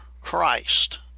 Christ